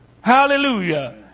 Hallelujah